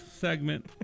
segment